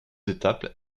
étapes